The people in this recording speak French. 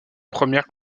première